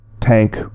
tank